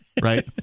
Right